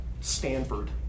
Stanford